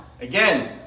Again